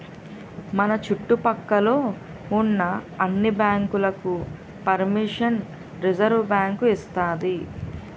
మన చుట్టు పక్క లో ఉన్న అన్ని బ్యాంకులకు పరిమిషన్ రిజర్వుబ్యాంకు ఇస్తాది